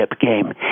game